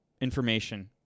information